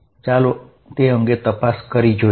ચાલો તે અંગે તપાસ કરી જોઇએ